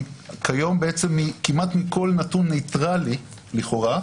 כיום כמעט מכל נתון ניטרלי לכאורה,